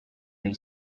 they